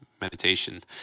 meditation